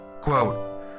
Quote